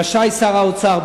רשאי שר האוצר,